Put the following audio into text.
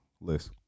list